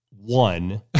one